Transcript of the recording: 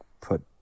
put